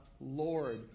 Lord